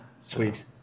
Sweet